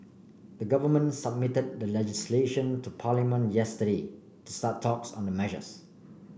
the government submitted the legislation to Parliament yesterday start talks on the measures